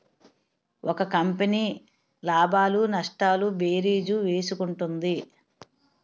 ఒక కంపెనీ లాభాలు నష్టాలు భేరీజు వేసుకుంటుంది